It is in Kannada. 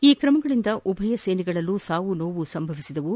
ಈ ಕ್ರಮಗಳಿಂದ ಉಭಯ ಸೇನೆಗಳಲ್ಲೂ ಸಾವು ನೋವು ಸಂಭವಿಸಿವೆ